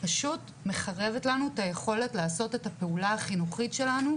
פשוט מחרבת לנו את היכולת לעשות את הפעולה החינוכית שלנו,